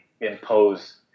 impose